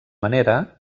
manera